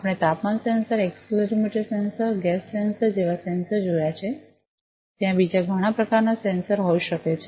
આપણે તાપમાન sensor accelerometer sensor gas sensor જેવા સેન્સર જોયા છે ત્યાં બીજા ઘણા વિવિધ પ્રકારના સેન્સર હોઈ શકે છે